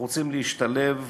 הרוצים להשתלב,